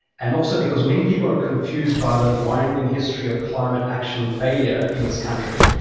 and also because many people are confused by the winding history of climate action failures in this country,